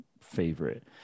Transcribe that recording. favorite